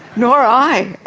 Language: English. nor i. i